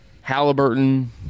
Halliburton